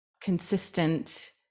consistent